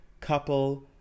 couple